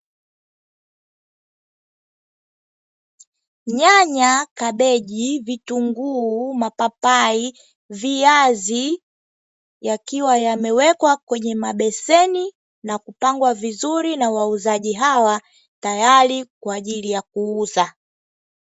Nyanya, kabeji, vitunguu, mapapai, viazi yakiwa yamewekwa kwenye mabeseni na kupangwa vizuri na wauzaji hawa, tayari kwa ajili ya kuuza.